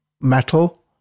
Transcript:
metal